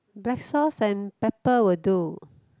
black sauce and pepper will do